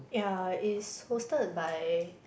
ya it's hosted by